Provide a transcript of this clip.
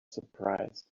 surprised